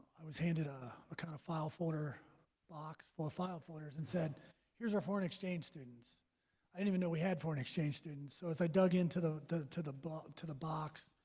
i was handed a ah kind of file folder box full of file folders and said here's our foreign exchange students i didn't even know we had foreign exchange students. so as i dug into the the to the but to the box